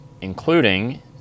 including